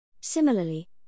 Similarly